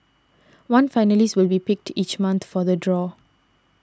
one finalist will be picked each month for the draw